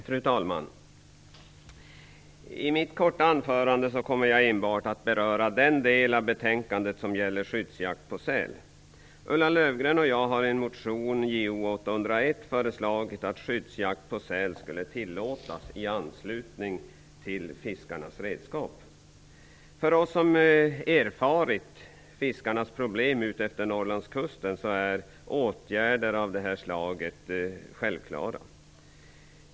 Fru talman! I mitt korta anförande kommer jag enbart att beröra den del av betänkandet som gäller skyddsjakt på säl. Ulla Löfgren och jag har i en motion, Jo801, föreslagit att skyddsjakt på säl i anslutning till fiskarnas redskap skall tillåtas. För oss som erfarit fiskarnas problem utmed Norrlandskusten är åtgärder av detta slag självklara.